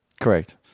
Correct